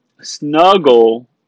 Snuggle